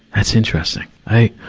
that's interesting. i,